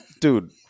dude